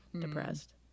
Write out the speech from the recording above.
depressed